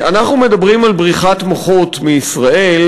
אנחנו מדברים על בריחת מוחות מישראל,